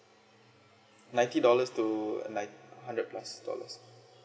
ninety dollars to like hundred plus dollars